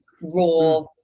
raw